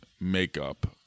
makeup